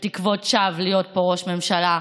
בתקוות שווא, להיות פה ראש ממשלה,